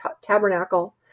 tabernacle